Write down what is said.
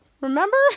Remember